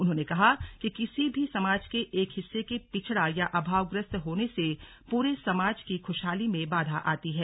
उन्होंने कहा कि किसी भी समाज के एक हिस्से के पिछड़ा या अभावग्रस्त होने से पूरे समाज की खुशहाली में बाधा आती है